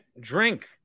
drink